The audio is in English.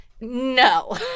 No